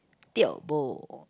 tiao bo